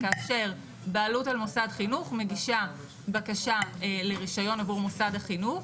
כאשר בעלות על מוסד חינוך מגישה בקשה לרישיון עבור מוסד החינוך,